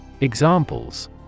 Examples